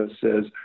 says